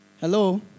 Hello